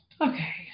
Okay